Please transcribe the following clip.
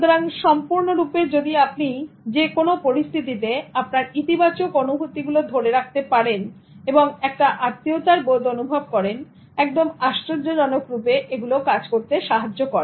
সুতরাং সম্পূর্ণরূপে যদি আপনি যেকোনো পরিস্থিতিতে আপনার ইতিবাচক অনুভূতিগুলো ধরে রাখতে পারেন এবং একটা আত্মীয়তার বোধ অনুভব করেন একদম আশ্চর্যজনক রূপে এগুলো কাজ করতে সাহায্য করে